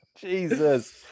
Jesus